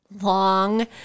long